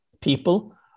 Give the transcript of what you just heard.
people